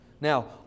Now